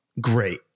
great